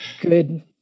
good